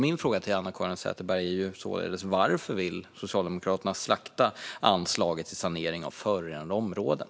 Min fråga till Anna-Caren Sätherberg blir således: Varför vill Socialdemokraterna slakta anslaget till sanering av förorenade områden?